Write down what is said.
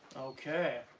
okay.